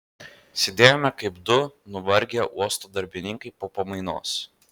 sėdėjome kaip du nuvargę uosto darbininkai po pamainos